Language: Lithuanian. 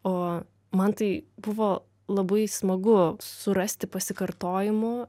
o man tai buvo labai smagu surasti pasikartojimų